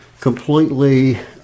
completely